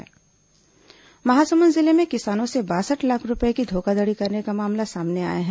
किसान धोखाधड़ी महासमुंद जिले में किसानों से बासठ लाख रूपये की धोखाधड़ी करने का मामला सामने आया है